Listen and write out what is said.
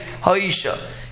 haisha